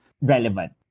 relevant